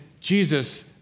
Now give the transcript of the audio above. Jesus